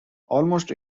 almost